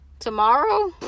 Tomorrow